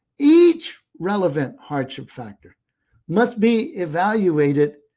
each relevant hardship factor must be evaluated